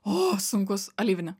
o sunkus alyvinė